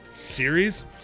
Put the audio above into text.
series